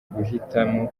guhitamo